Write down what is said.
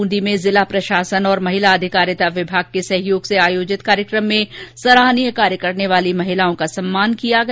बुंदी में जिला प्रशासन और महिला अधिकारिता विभाग के सहयोग से आयोजित कार्यक्रम में सराहनीय कार्ये करने वाली महिलाओं का सम्मान किया गया